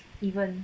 even